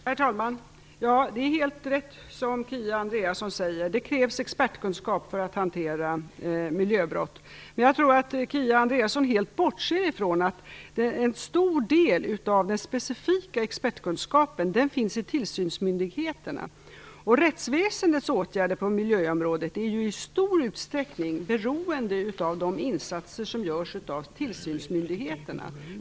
Herr talman! Det är helt rätt, som Kia Andreasson säger, att det krävs expertkunskap för att hantera miljöbrott. Men jag tror att Kia Andreasson helt bortser från att en stor del av den specifika expertkunskapen finns i tillsynsmyndigheterna, och rättsväsendets åtgärder på miljöområdet är ju i stor utsträckning beroende av de insatser som görs av tillsynsmyndigheterna.